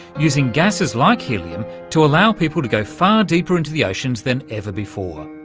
using gases like helium to allow people to go far deeper into the oceans than ever before.